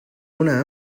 una